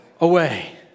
away